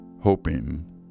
hoping